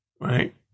Right